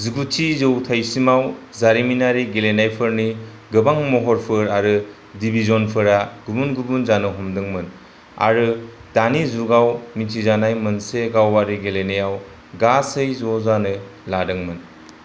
जिगुथि जौथायसिमाव जारिमिनारि गेलेनायफोरनि गोबां महरफोर आरो डिवीजनफोरा गुबुन गुबुन जानो हमदोंमोन आरो दानि जुगाव मिथिजानाय मोनसे गावारि गेलेनायाव गासै ज' जानो लादोंमोन